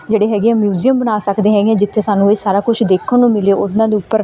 ਜਿਹੜੇ ਹੈਗੇ ਆ ਮਿਊਜ਼ੀਅਮ ਬਣਾ ਸਕਦੇ ਹੈਗੇ ਹਾਂ ਜਿੱਥੇ ਸਾਨੂੰ ਇਹ ਸਾਰਾ ਕੁਛ ਦੇਖਣ ਨੂੰ ਮਿਲੇ ਉਹਨਾਂ ਦੇ ਉੱਪਰ